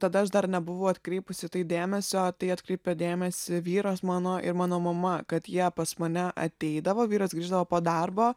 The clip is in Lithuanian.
tada aš dar nebuvau atkreipusi dėmesio tai atkreipė dėmesį vyras mano ir mano mama kad jie pas mane ateidavo vyras grįždavo po darbo